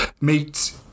meet